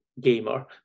gamer